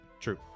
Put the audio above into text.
True